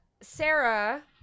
Sarah